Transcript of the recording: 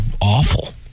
awful